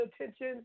attention